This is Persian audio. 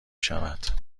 شود